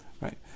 right